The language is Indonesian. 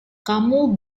kamu